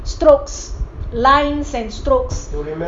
strokes lines and strokes